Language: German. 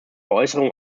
äußerung